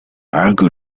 argue